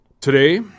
Today